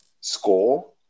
score